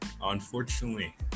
unfortunately